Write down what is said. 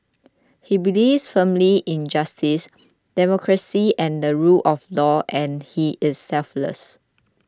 he believes firmly in justice democracy and the rule of law and he is selfless